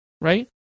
right